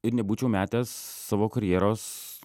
ir nebūčiau metęs savo karjeros